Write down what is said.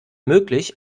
möglich